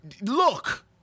look